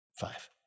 Five